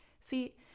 See